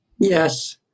yes